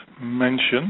mention